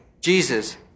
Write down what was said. Jesus